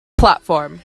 platform